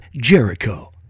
Jericho